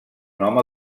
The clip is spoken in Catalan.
home